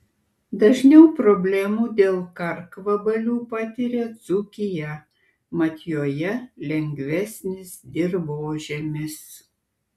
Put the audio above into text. dažniau problemų dėl karkvabalių patiria dzūkija mat joje lengvesnis dirvožemis